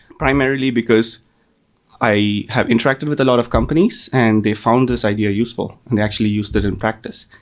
primarily because i have interacted with a lot of companies and they found this idea useful, and they actually use that in practice.